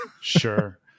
Sure